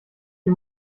die